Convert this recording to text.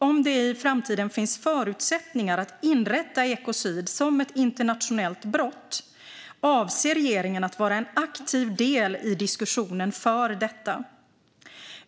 Om det i framtiden finns förutsättningar att inrätta ekocid som ett internationellt brott avser regeringen att vara en aktiv del i diskussionen för detta.